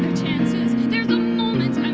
there's a moment